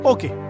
Okay